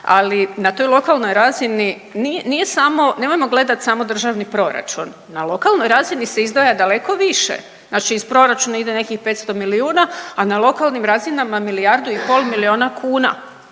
ali na toj lokalnoj razini nije samo, nemojmo gledati samo državni proračun. Na lokalnoj razini se izdaje daleko više, znači iz proračuna ide nekih 500 milijuna, a na lokalnim razinama milijardu i pol milijuna kuna.